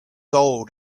old